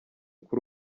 kuri